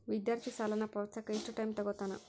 ವಿದ್ಯಾರ್ಥಿ ಸಾಲನ ಪಾವತಿಸಕ ಎಷ್ಟು ಟೈಮ್ ತೊಗೋತನ